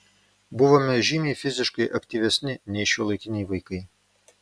buvome žymiai fiziškai aktyvesni nei šiuolaikiniai vaikai